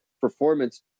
performance